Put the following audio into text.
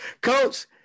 Coach